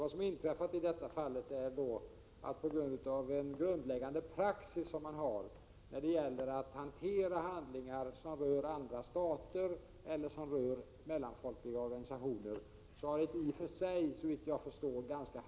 Vad som har inträffat i detta fall är att ett ganska harmlöst material har kommit in under den grundläggande praxis som gäller för hantering av handlingar som rör andra stater eller mellanfolkliga organisationer. Det är inte heller någon stor sak.